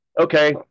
Okay